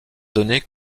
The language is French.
donnée